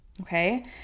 okay